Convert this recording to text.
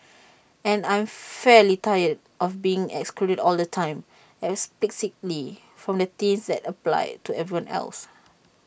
and I'm fairly tired of being excluded all the time implicitly from things that apply to everyone else